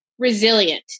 resilient